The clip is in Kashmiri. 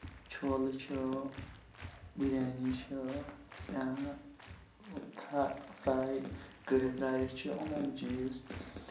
چھولہٕ چھُ بِریانی چھِ یا فرٛاے کٔرِتھ رایِس چھِ یِم یِم چیٖز